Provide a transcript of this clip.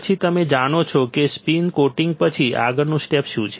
પછી તમે જાણો છો કે સ્પિન કોટિંગ પછી આગળનું સ્ટેપ શું છે